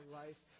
life